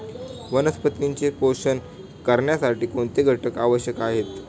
वनस्पतींचे पोषण करण्यासाठी कोणते घटक आवश्यक आहेत?